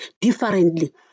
differently